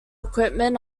equipment